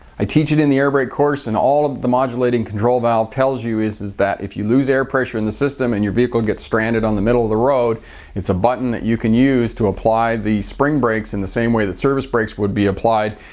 i teach it in the air a course and all of the modulating control valve tells you is is that if you lose air pressure in the system and your vehicle gets stranded on the middle of the road it's a button that you can use to apply the spring brakes in the same way the service brakes would be applied.